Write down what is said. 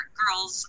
girls